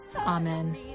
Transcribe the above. Amen